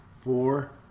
four